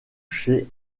chez